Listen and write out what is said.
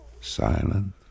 Silent